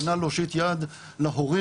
כנ"ל להושיט יד להורים.